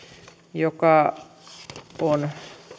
joka on